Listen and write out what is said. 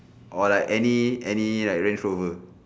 or like any any like Range Rover